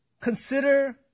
Consider